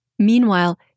Meanwhile